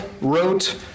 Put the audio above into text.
wrote